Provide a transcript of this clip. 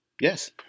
Yes